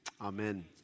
Amen